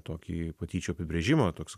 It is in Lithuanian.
tokį patyčių apibrėžimą toks